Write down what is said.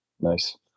Nice